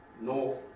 north